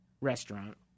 restaurant